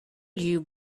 you